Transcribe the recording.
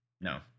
No